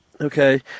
okay